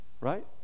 Right